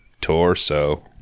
torso